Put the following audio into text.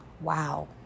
Wow